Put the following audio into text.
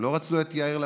הם לא רצו את יאיר לפיד.